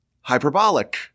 hyperbolic